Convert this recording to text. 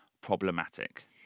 problematic